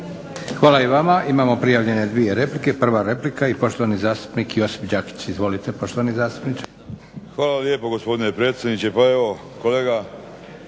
Hvala i vama. Imamo prijavljene dvije replike. Prva replika i poštovani zastupnik Josip Đakić. Izvolite poštovani zastupniče. **Đakić, Josip (HDZ)** Hvala lijepo gospodine predsjedniče. Pa evo kolega